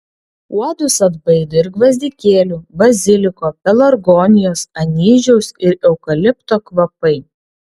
uodus atbaido ir gvazdikėlių baziliko pelargonijos anyžiaus ir eukalipto kvapai